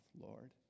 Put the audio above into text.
Lord